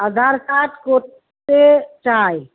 আধার card করতে চাই